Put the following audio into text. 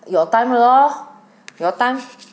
your time lor your time